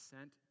sent